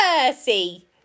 Percy